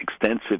extensive